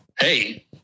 Hey